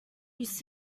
used